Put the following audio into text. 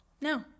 No